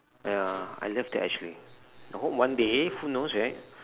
ya I love that actually I hope one day who knows right